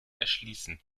erschließen